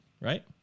right